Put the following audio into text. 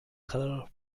color